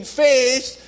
faith